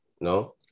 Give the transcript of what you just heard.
no